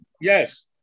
Yes